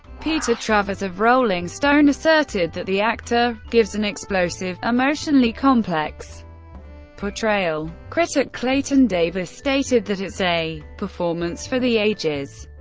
peter travers of rolling stone asserted that the actor gives an explosive, emotionally complex portrayal. critic clayton davis stated that it's a performance for the ages.